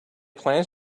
plans